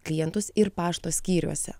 klientus ir pašto skyriuose